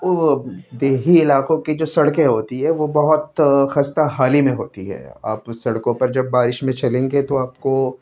دیہی علاقوں کی جو سڑکیں ہوتی ہے وہ بہت خستہ حالی میں ہوتی ہے آپ سڑکوں پر جب بارش میں چلیں گے تو آپ کو